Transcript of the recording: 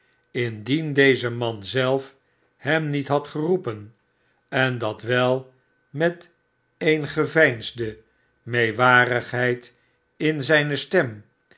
indien deze man zelf hem niet had geroepen en dat wel met eene geveinsde meewarigheid in zijne stem